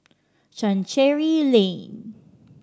Chancery Lane